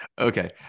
Okay